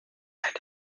leid